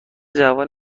جوان